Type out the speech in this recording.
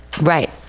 Right